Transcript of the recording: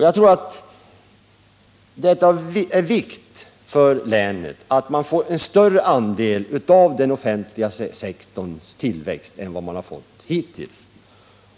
Jag tror det är av vikt att länet får en större andel av den offentliga sektorns tillväxt än hittills.